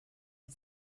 ich